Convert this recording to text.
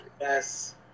Yes